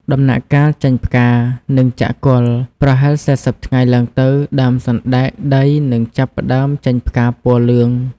ដំណាក់កាលចេញផ្កា និងចាក់គល់ ប្រហែល ៤០ ថ្ងៃឡើងទៅ ដើមសណ្ដែកដីនឹងចាប់ផ្តើមចេញផ្កាពណ៌លឿង។